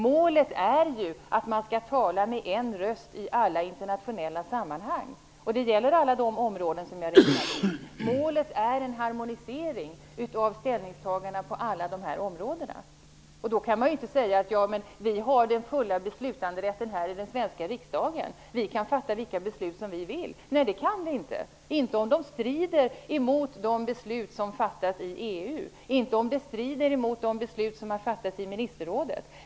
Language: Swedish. Målet är ju att man i alla internationella sammanhang skall tala med en röst. Det gäller då alla de områden som jag räknade upp. Målet är en harmonisering av ställningstagandena på alla dessa områden. Då kan man inte säga: Men vi i den svenska riksdagen har full beslutanderätt -- vi kan fatta vilka beslut vi vill. Det kan vi inte! Vi kan inte fatta beslut som strider mot de beslut som har fattats i EU eller i ministerrådet.